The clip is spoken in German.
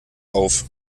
auf